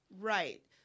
Right